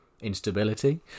instability